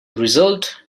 result